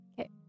Okay